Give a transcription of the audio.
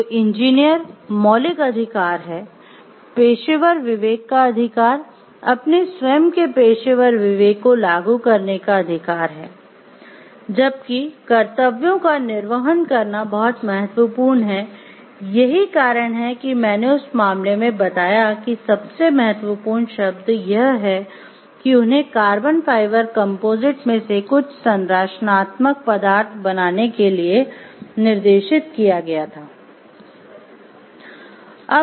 तो इंजीनियर मौलिक अधिकार है पेशेवर विवेक का अधिकार अपने स्वयं के पेशेवर विवेक को लागू करने का अधिकार है जबकि कर्तव्यों का निर्वहन करना बहुत महत्वपूर्ण है यही कारण है कि मैंने उस मामले में बताया कि सबसे महत्वपूर्ण शब्द यह हैं कि "उन्हें कार्बन फाइबर कंपोजिट में से कुछ संरचनात्मक पदार्थ बनाने के लिए निर्देशित किया गया था"